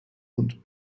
und